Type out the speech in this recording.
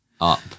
up